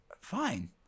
Fine